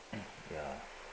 ya